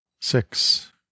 six